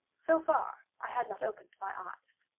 so far, i had not opened my eyes.